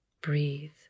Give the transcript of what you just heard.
Breathe